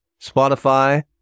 Spotify